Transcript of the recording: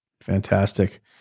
Fantastic